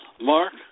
Mark